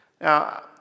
Now